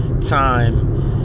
time